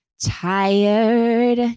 tired